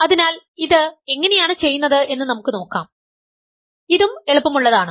അതിനാൽ ഇത് എങ്ങനെയാണ് ചെയ്യുന്നത് എന്ന് നമുക്ക് നോക്കാം ഇതും എളുപ്പമുള്ളതാണ്